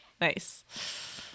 Nice